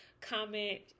comment